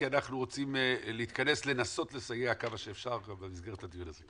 כי אנחנו רוצים להתכנס לנסות לסייע כמה שאפשר במסגרת הדיון הזה.